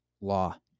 Law